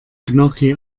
gnocchi